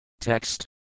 Text